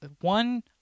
one